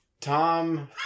Tom